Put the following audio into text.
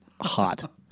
hot